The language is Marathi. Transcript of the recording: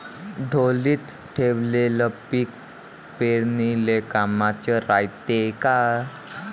ढोलीत ठेवलेलं पीक पेरनीले कामाचं रायते का?